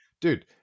dude